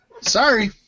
sorry